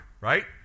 right